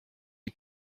die